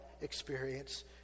experience